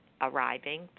arriving